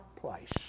place